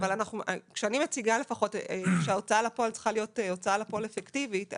כשאני מציגה כשההוצאה לפועל צריכה להיות הוצאה לפועל אפקטיבית,